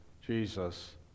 Jesus